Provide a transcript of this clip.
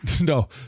No